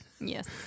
yes